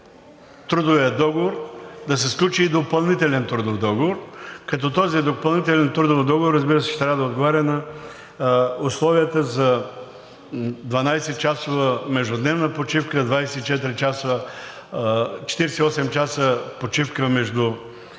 трудовия договор, да се сключи и допълнителен трудов договор, като този допълнителен трудов договор, разбира се, ще трябва да отговаря на условията за 12-часова междудневна почивка, 48-часова почивка